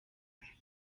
werden